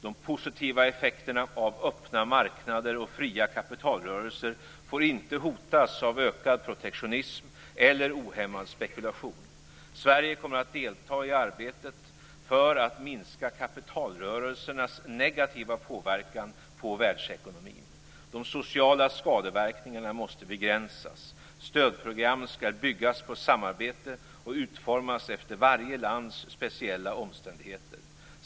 De positiva effekterna av öppna marknader och fria kapitalrörelser får inte hotas av ökad protektionism eller ohämmad spekulation. Sverige kommer att delta i arbetet för att minska kapitalrörelsernas negativa påverkan på världsekonomin. De sociala skadeverkningarna måste begränsas. Stödprogram skall byggas på samarbete och utformas efter varje lands speciella omständigheter.